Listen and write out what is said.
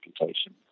reputation